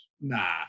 nah